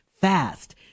fast